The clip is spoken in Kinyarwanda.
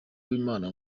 uwimana